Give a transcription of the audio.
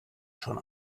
schon